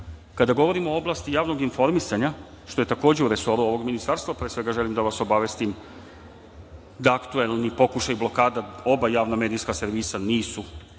govorim o oblasti javnog informisanja, što je takođe u resoru ovog ministarstva, pre svega želim da vas obavestim da aktuelni pokušaj blokada oba javna medijska servisa nisu,